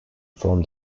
from